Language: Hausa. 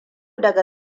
daga